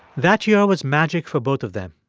that year was magic for both of them.